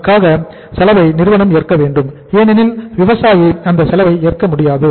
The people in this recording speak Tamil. அதற்கான செலவை நிறுவனம் ஏற்க வேண்டும் ஏனெனில் விவசாயி அந்த செலவை ஏற்க முடியாது